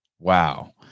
Wow